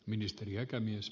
arvoisa puhemies